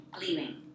leaving